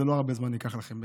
לא הרבה זמן ייקח לכם,